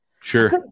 Sure